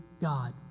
God